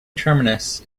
terminus